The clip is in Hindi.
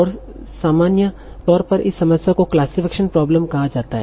और सामान्य तौर पर इस समस्या को क्लासिफिकेशन प्रॉब्लम कहा जाता है